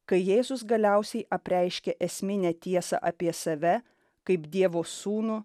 kai jėzus galiausiai apreiškė esminę tiesą apie save kaip dievo sūnų